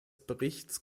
berichts